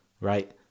right